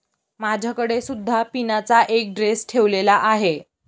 माझ्याकडे सुद्धा पिनाचा एक ड्रेस ठेवलेला आहे